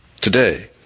today